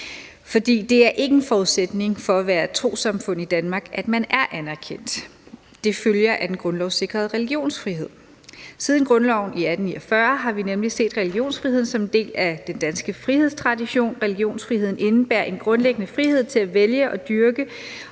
for det er ikke en forudsætning for at være trossamfund i Danmark, at man er anerkendt. Det følger af den grundlovssikrede religionsfrihed. Siden grundloven af 1849 har vi set religionsfriheden som en del af den danske frihedstradition. Og religionsfriheden indebærer en grundlæggende frihed til at vælge, dyrke